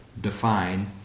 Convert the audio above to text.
define